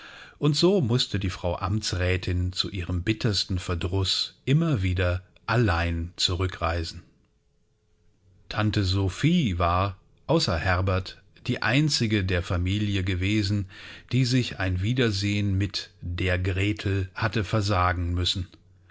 und so mußte die frau amtsrätin zu ihrem bittersten verdruß immer wieder allein zurückreisen tante sophie war außer herbert die einzige der familie gewesen die sich ein wiedersehen mit der gretel hatte versagen müssen